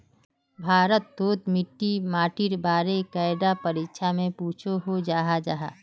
भारत तोत मिट्टी माटिर बारे कैडा परीक्षा में पुछोहो जाहा जाहा?